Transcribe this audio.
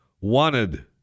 wanted